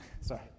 Sorry